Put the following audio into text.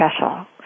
special